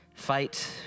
fight